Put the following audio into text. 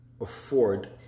afford